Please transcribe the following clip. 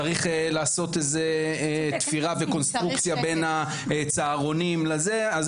צריך לעשות איזו תפירה וקונסטרוקציה בין הצהרונים לזה אז